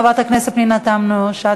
חברת הכנסת פנינה תמנו-שטה,